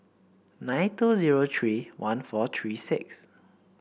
nine two zero three one four three six